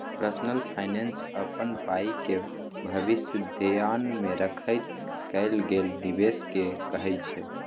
personal finance अपन पाइके भबिस धेआन मे राखैत कएल गेल निबेश केँ कहय छै